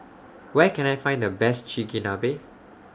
Where Can I Find The Best Chigenabe